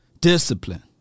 Discipline